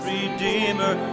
Redeemer